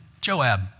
Joab